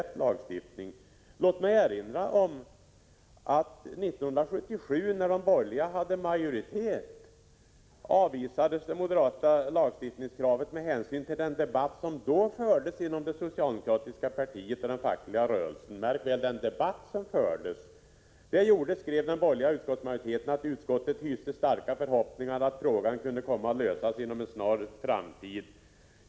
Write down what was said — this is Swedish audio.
10 december 1986 Låt mig erinra om att 1977, då de borgerliga hade majoritet i riksdagen, JA tja og avvisades det moderata lagstiftningskravet med hänvisning till den debatt som då fördes inom det socialdemokratiska partiet och den fackliga rörelsen — märk väl, den debatt som fördes. Då skrev den borgerliga utskottsmajoriteten att utskottet hyste starka förhoppningar att frågan kunde komma att lösas inom en snar framtid.